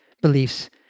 beliefs